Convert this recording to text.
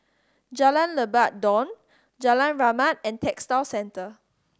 Jalan Lebat Daun Jalan Rahmat and Textile Centre